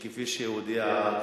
כפי שהוא הודיע,